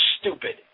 stupid